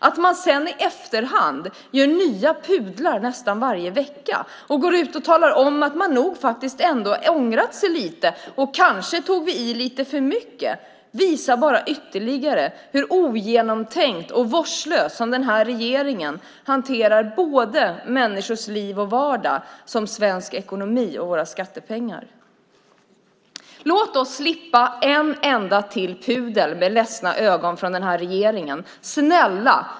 Att man sedan i efterhand gör nya pudlar nästan varje vecka och går ut och talar om att man nog faktiskt ångrat sig lite och säger att man kanske tog i lite för mycket visar bara ytterligare hur ogenomtänkt och vårdslöst som denna regering hanterar såväl människors liv och vardag som svensk ekonomi och våra skattepengar. Snälla, låt oss slippa se en enda pudel till med ledsna ögon från den här regeringen!